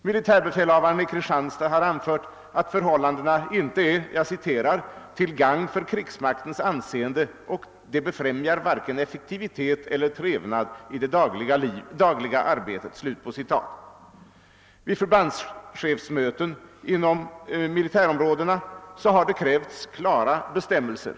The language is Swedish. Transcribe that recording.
Militärbefälhavaren i Kristianstad har anfört att förhållandena inte är till gagn för krigsmaktens anseende, och han säger vidare att de varken befrämjar effektivitet eller trevnad i det dagliga arbetet. Vid förbandschefsmöten inom militärområdena har det krävts klara bestämmelser.